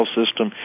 system